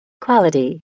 Quality